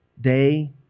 day